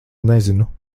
nezinu